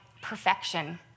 perfection